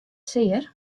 sear